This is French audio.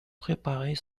préparer